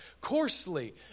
coarsely